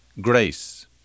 grace